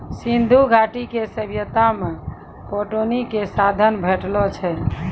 सिंधु घाटी के सभ्यता मे पटौनी के साधन भेटलो छै